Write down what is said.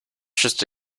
just